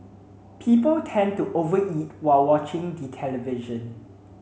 people tend to over eat while watching the television